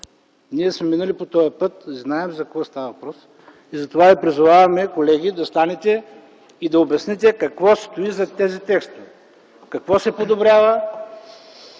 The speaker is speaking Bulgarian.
Ние сме минали по този път и знаем за какво става въпрос, затова ви призоваваме, колеги, да станете и да обясните какво стои зад тези текстове, какво се подобрява.